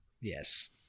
Yes